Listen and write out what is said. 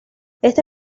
este